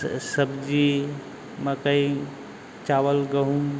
सब्जी मकई चावल गहूँ